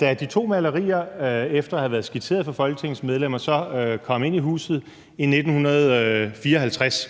da de to malerier efter at have været skitseret for Folketingets medlemmer så kom ind i huset i 1954,